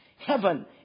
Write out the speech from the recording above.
Heaven